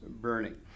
burning